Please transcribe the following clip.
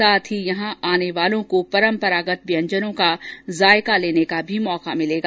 साथ ही यहां आने वालों को परांपरागत व्यंजनों का जायका लेने का भी मौका मिलेगा